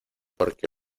porque